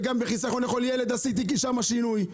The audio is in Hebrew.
וגם בחיסכון לכל ילד עשיתי שם שינוי.